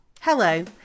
hello